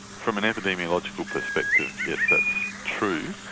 from an epidemiological perspective, yes that's true.